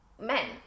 men